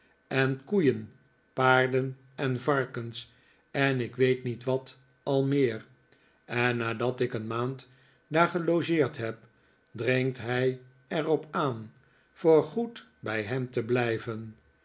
en koeien paarden en varkens en ik weet niet wat al meer en nadat ik een maand daar gelogeerd heb dringt hij er op aan voorgoed bij hem te blijven